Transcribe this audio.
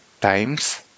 times